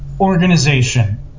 organization